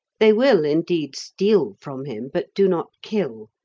they will, indeed, steal from him, but do not kill,